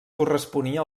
corresponia